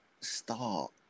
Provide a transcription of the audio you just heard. start